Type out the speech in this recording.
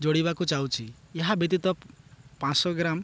ଯୋଡ଼ିବାକୁ ଚାହୁଁଛି ଏହା ବ୍ୟତୀତ ପାଞ୍ଚଶହ ଗ୍ରାମ୍